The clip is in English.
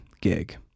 gig